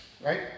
Right